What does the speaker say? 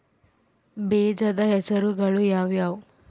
ಬೇಜದ ಹೆಸರುಗಳು ಯಾವ್ಯಾವು?